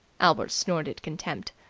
albert snorted contempt.